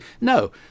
No